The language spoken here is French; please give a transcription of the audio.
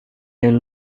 des